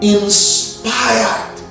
inspired